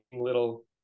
little